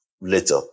later